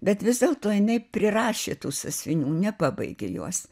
bet vis dėlto jinai prirašė tų sąsiuvinių nepabaigė juos